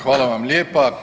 Hvala vam lijepa.